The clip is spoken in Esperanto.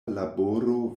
laboro